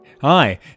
Hi